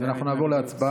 אז אנחנו נעבור להצבעה.